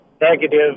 negative